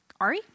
Ari